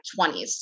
20s